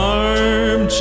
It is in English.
arm